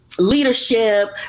Leadership